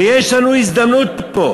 ויש לנו הזדמנות פה.